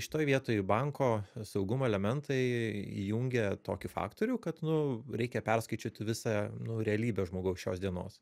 šitoj vietoj banko saugumo elementai įjungia tokį faktorių kad nu reikia perskaičiuoti visą nu realybę žmogaus šios dienos